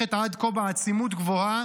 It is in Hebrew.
ונמשכת עד כה בעצימות גבוהה